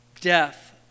death